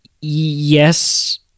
yes